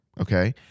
okay